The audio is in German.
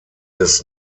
des